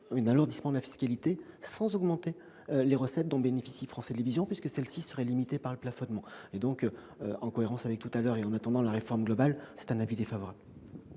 un alourdissement de la fiscalité sans augmentation des recettes dont bénéficie France Télévisions, puisque celles-ci seraient limitées par le plafonnement. En cohérence avec ce que j'ai dit tout à l'heure et en attendant la réforme globale, j'émets un avis défavorable.